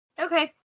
Okay